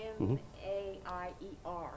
M-A-I-E-R